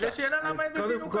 זו שאלה למה הם הבינו כך.